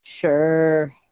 Sure